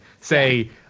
Say